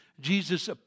Jesus